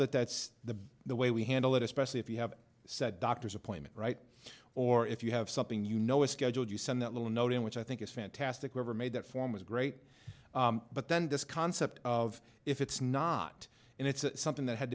that that's the way we handle it especially if you have said doctor's appointment right or if you have something you know is scheduled you send that little note in which i think is fantastic whoever made that form was great but then this concept of if it's not and it's something that had